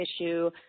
issue